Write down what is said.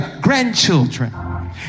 grandchildren